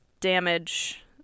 damage